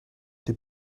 des